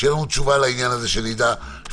לגבי העניין הזה.